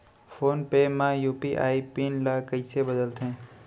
Phone पे म UPI pin ल कइसे बदलथे?